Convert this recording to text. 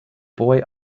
boy